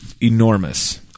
enormous